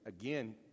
again